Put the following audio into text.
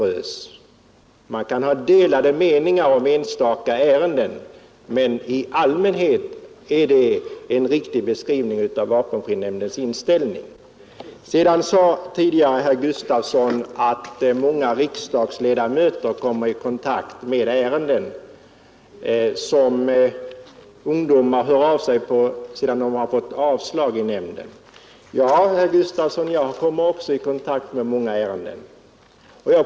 Man kan ha delade meningar om enstaka ärenden, men i allmänhet är detta en riktig beskrivning av vapenfrinämndens allmänna inställning. Herr Gustafson i Göteborg sade i ett tidigare anförande att många riksdagsledamöter kommer i kontakt med sådana här ärenden genom att ungdomar låter höra av sig sedan de fått avslag i vapenfrinämnden. Ja, herr Gustafson, jag kommer också i kontakt med många ärenden.